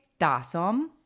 Dasom